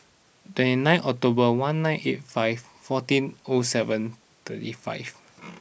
two nine October one nine eight five fourteen O seven thirty five